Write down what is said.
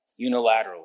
unilaterally